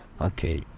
Okay